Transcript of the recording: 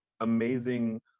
amazing